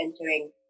entering